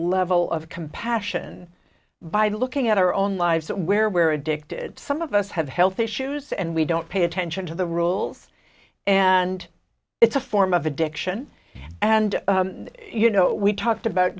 level of compassion by looking at our own lives where we're addicted some of us have health issues and we don't pay attention to the rules and it's a form of addiction and you know we talked about